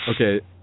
Okay